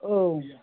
औ